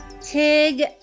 Tig